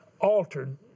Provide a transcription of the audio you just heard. altered